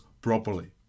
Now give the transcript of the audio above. properly